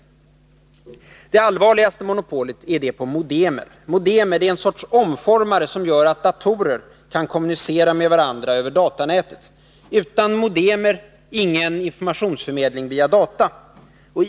Det allvarligaste monopolet är det på modemer. Modemer är en sorts omformare som gör att datorer kan kommunicera med varandra över datanätet. Utan modemer blir det ingen informationsförmedling via data.